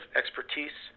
expertise